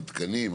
על תקנים,